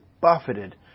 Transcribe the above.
buffeted